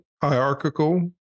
hierarchical